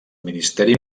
ministeri